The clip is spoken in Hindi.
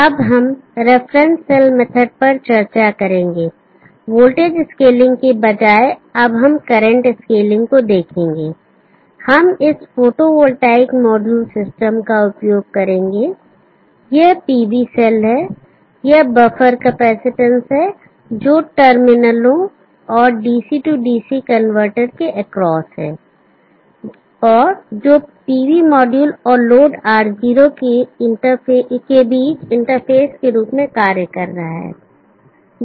अब हम रेफरेंस सेल मेथड पर चर्चा करेंगे वोल्टेज स्केलिंग की बजाय अब हम करंट स्केलिंग को देखेंगे हम इस फोटोवोल्टिक मॉड्यूल सिस्टम का उपयोग करेंगे यह PV सेल है यह बफर कैपेसिटेंस है जो टर्मिनलों और DC DC कनवर्टर के एक्रॉस है जो PV मॉड्यूल और लोड R0 के बीच इंटरफेस के रूप में कार्य कर रहा है